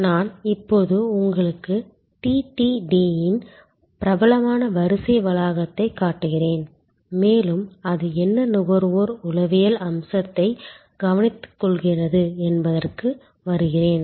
நான் இப்போது உங்களுக்கு TTDயின் பிரபலமான வரிசை வளாகத்தைக் காட்டுகிறேன் மேலும் அது என்ன நுகர்வோர் உளவியல் அம்சத்தை கவனித்துக்கொள்கிறது என்பதற்கு வருகிறேன்